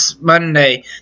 Monday